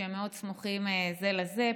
שהם מאוד סמוכים זה לזה,